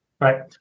right